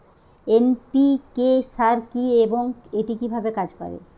NPK সার কি এবং এটি কিভাবে কাজ করে?